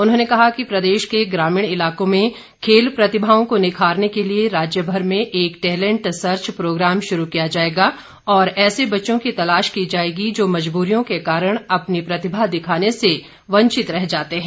उन्होंने कहा कि प्रदेश के ग्रामीण इलाकों में खेल प्रतिभाओं को निखारने के लिये राज्यभर में एक टैलेंट सर्च प्रोग्राम शुरू किया जाएगा और ऐसे बच्चों की तलाश की जाएगी जो मजबूरियों के कारण अपनी प्रतिभा दिखाने से वंचित रह जाते हैं